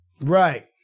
right